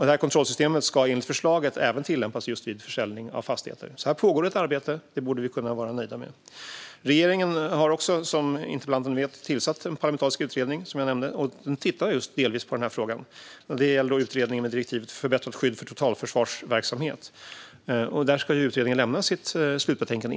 Detta kontrollsystem ska enligt förslaget även tillämpas vid försäljning av fastigheter. Det pågår alltså ett arbete, vilket vi borde kunna vara nöjda med. Som interpellanten vet har regeringen också tillsatt en parlamentarisk utredning. Den tittar delvis på denna fråga. Det gäller utredningen med direktivet Förbättrat skydd för totalförsvarsverksamhet . Utredningen ska inom kort lämna sitt slutbetänkande.